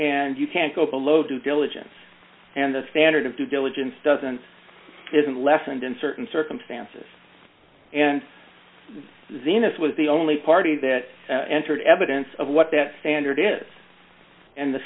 and you can't go below due diligence and the thanet of due diligence doesn't isn't lessened in certain circumstances and xena's was the only party that entered evidence of what that standard is and the